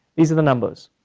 these are the numbers.